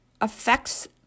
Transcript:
affects